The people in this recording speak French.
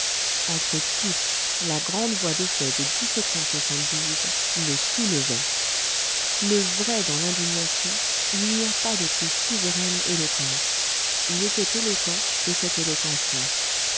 entre toutes la grande voie de fait de le soulevait le vrai dans l'indignation il n'y a pas de plus souveraine éloquence il était éloquent de cette éloquence là